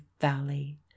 valley